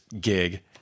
gig